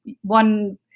one